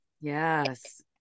Yes